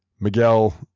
Miguel